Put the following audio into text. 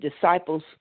disciples